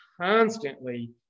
constantly